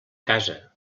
casa